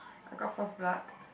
I got first blood